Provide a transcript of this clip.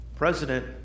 President